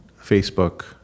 Facebook